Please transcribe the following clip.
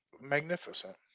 magnificent